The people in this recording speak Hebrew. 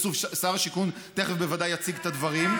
שר השיכון בוודאי תכף יציג את הדברים,